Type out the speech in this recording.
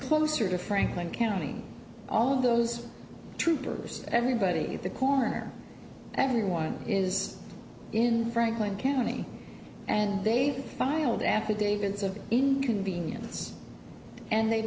closer to franklin county all those troopers everybody at the corner everyone is in franklin county and they filed affidavits of convenience and they've